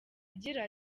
agira